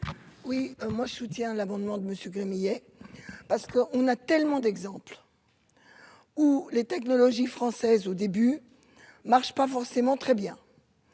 Oui, moi, je soutiens l'amendement de Monsieur Gremillet parce qu'on a tellement d'exemples où les technologies françaises au début, marche pas forcément très bien,